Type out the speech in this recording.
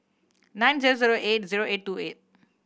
nine zero zero eight zero eight two eight